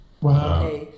Wow